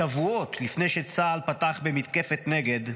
שבועות לפני שצה"ל פתח במתקפת נגד,